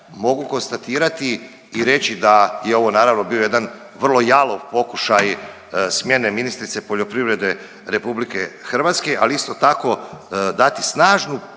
mogu konstatirati i reći da je ovo naravno bio jedan vrlo jalov pokušaj smjene ministrice poljoprivrede RH, ali isto tako dati snažnu